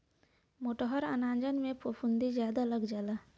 मोटहर अनाजन में फफूंदी जादा लग जाला